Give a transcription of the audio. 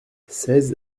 seize